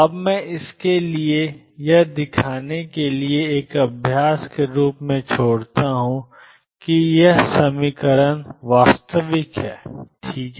अब मैं इसे आपके लिए यह दिखाने के लिए एक अभ्यास के रूप में छोड़ता हूं कि ⟨xppx⟩ वास्तविक है ठीक है